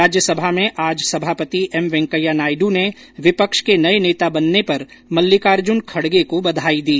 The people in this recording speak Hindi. राज्यसभा में आज सभापति एम वेंकैया नायडु ने विपक्ष के नए नेता बनने पर मल्लिकार्जुन खड़गे को बधाई दी